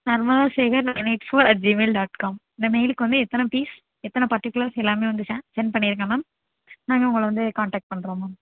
Narmadasekar nine eight four at gmail dot com இந்த மெயிலுக்கு வந்து எத்தனை பீஸ் எத்தனை பர்டிகுலர்ஸ் எல்லாமே வந்து ச சென்ட் பண்ணிவிடுங்க மேம் நாங்கள் உங்களை வந்து கான்டெக்ட் பண்ணுறோம் மேம்